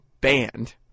banned